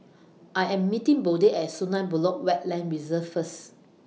I Am meeting Bode At Sungei Buloh Wetland Reserve First